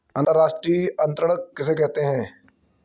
अंतर्राष्ट्रीय अंतरण किसे कहते हैं?